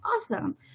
awesome